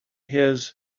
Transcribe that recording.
his